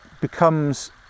becomes